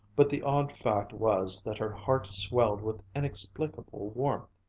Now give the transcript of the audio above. but the odd fact was that her heart swelled with inexplicable warmth.